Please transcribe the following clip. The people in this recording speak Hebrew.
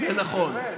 זה נכון.